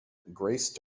grace